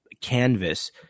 canvas